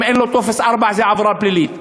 ואם אין לו טופס 4 זו עבירה פלילית?